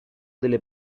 delle